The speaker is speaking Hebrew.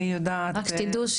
רק שתדעו,